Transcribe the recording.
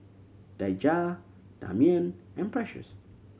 Daija Damian and Precious